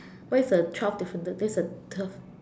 where is the twelve difference this is the twelve